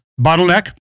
bottleneck